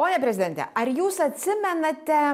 pone prezidente ar jūs atsimenate